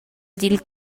dil